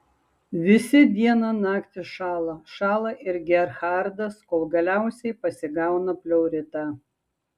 visi dieną naktį šąla šąla ir gerhardas kol galiausiai pasigauna pleuritą